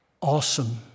awesome